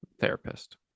therapist